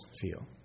feel